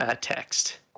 Text